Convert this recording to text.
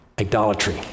idolatry